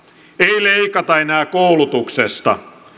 ei leikata enää koulutuksesta